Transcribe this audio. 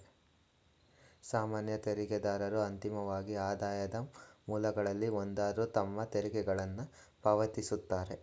ಸಾಮಾನ್ಯ ತೆರಿಗೆದಾರರು ಅಂತಿಮವಾಗಿ ಆದಾಯದ ಮೂಲಗಳಲ್ಲಿ ಒಂದಾದ್ರು ತಮ್ಮ ತೆರಿಗೆಗಳನ್ನ ಪಾವತಿಸುತ್ತಾರೆ